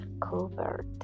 covered